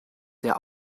sehr